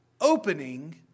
opening